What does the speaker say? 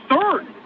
third